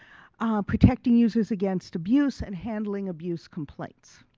protecting users against abuse, and handling abuse complaints.